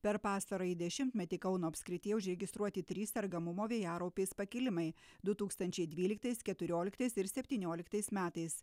per pastarąjį dešimtmetį kauno apskrityje užregistruoti trys sergamumo vėjaraupiais pakilimai du tūkstančiai dvyliktais keturioliktais ir septynioliktais metais